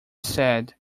said